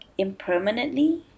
impermanently